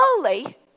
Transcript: slowly